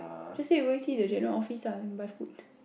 just say you going see the general office lah then buy food